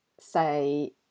say